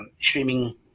streaming